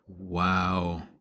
Wow